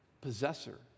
possessor